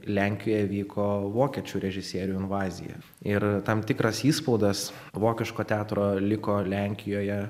lenkijoj vyko vokiečių režisierių invazija ir tam tikras įspaudas vokiško teatro liko lenkijoje